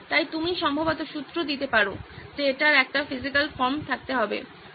তাই তুমি সম্ভবত সূত্র দিতে পারো যে এটার একটি ফিজিক্যাল ফর্ম থাকতে হবে